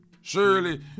Surely